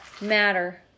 matter